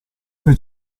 per